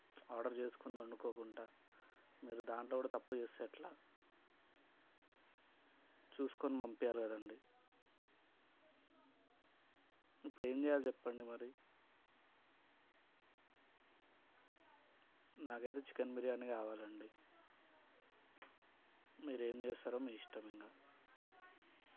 order చేసుకుంది వండుకోకుండా మీరు దాంట్లో కూడా తప్పు చేస్తే ఎట్లా చూసుకుని పంపీయాలి కదండీ ఇప్పుడు ఏం చేయాలి చెప్పండి మరి నాకైతే చికెన్ బిర్యానీయే కావాలండి మీరేం చేస్తారో మీ ఇష్టం ఇంక